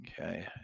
Okay